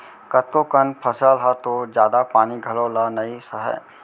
कतको कन फसल ह तो जादा पानी घलौ ल नइ सहय